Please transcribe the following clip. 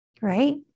right